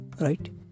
right